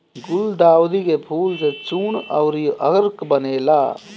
गुलदाउदी के फूल से चूर्ण अउरी अर्क बनेला